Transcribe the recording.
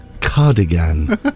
Cardigan